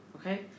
okay